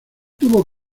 tuvo